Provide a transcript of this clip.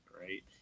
right